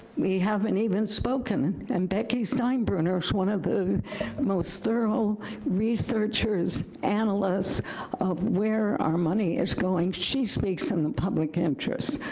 we haven't even spoken. and becky steinbruner is one of the most thorough researchers, analysts of where our money is going. she speaks in the public interest.